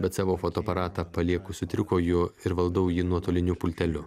bet savo fotoaparatą palieku su trikoju ir valdau jį nuotoliniu pulteliu